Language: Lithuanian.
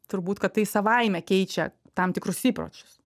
turbūt kad tai savaime keičia tam tikrus įpročius